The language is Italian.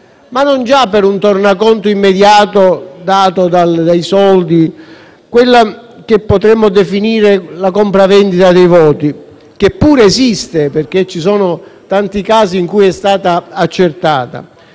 ma non già per un tornaconto immediato derivante dai soldi - quella che potremmo definire la compravendita dei voti, che pure esiste, perché ci sono tanti casi in cui è stata accertata